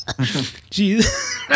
Jesus